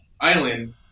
island